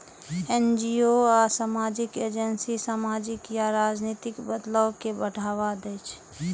NGO आ सामाजिक agency सामाजिक या राजनीतिक बदलाव कें बढ़ावा दै छै